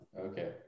Okay